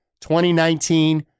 2019